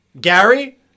Gary